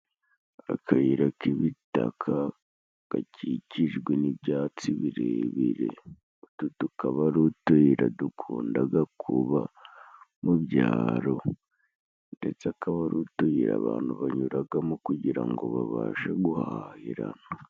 Akayira k'ibitaka gakikijwe n'ibyatsi birebire, utu tukaba ari utuyira dukundaga kuba mu byaro ndetse akaba ari utuyira abantu banyuragamo kugira ngo babashe guhahirana.